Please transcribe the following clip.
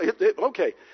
Okay